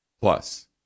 Plus